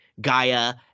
Gaia